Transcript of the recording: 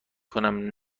کنم